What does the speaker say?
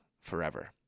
forever